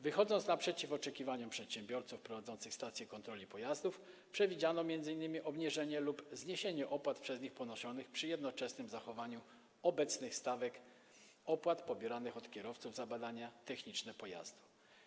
Wychodząc naprzeciw oczekiwaniom przedsiębiorców prowadzących stacje kontroli pojazdów, przewidziano m.in. obniżenie lub zniesienie opłat przez nich ponoszonych przy jednoczesnym zachowaniu obecnych stawek opłat pobieranych od kierowców za badania techniczne pojazdu.